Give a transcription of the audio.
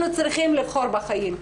אנחנו צריכים לבחור בחיים.